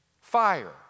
fire